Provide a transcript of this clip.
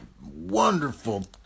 wonderful